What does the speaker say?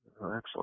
Excellent